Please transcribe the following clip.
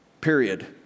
period